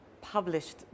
published